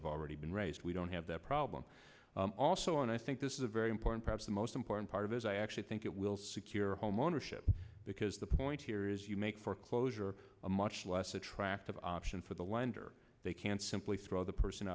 have already been raised we don't have that problem also and i think this is a very important perhaps the most important part is i actually think it will secure homeownership because the point here is you make foreclosure a much less attractive option for the lender they can't simply throw the person